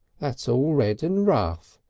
that's all red and rough.